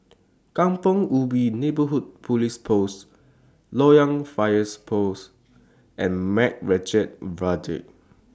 Kampong Ubi Neighbourhood Police Post Loyang Fire Post and Macritchie Viaduct